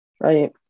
Right